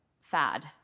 fad